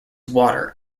water